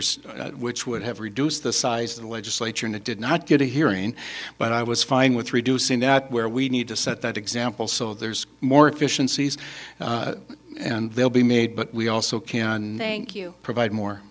so which would have reduced the size of the legislature and it did not get a hearing but i was fine with reducing that where we need to set that example so there's more efficiencies and they'll be made but we also can provide more